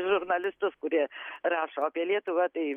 žurnalistus kurie rašo apie lietuvą tai